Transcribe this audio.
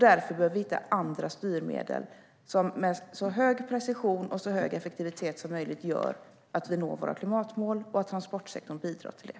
Därför behöver vi hitta andra styrmedel som med så hög precision och så hög effektivitet som möjligt gör att vi når våra klimatmål och att transportsektorn bidrar till det.